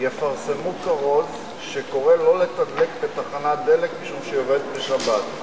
יפרסמו כרוז שקורא לא לתדלק בתחנת דלק משום שהיא עובדת בשבת,